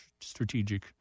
strategic